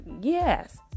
yes